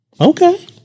Okay